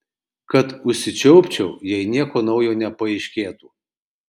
kad užsičiaupčiau jei nieko naujo nepaaiškėtų